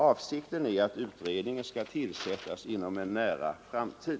Avsikten är att utredningen skall tillsättas inom en nära framtid.